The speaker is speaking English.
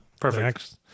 Perfect